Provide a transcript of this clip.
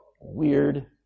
weird